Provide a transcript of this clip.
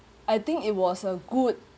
I think it was a good